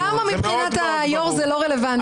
למה מבחינת היושב-ראש זה לא רלוונטי?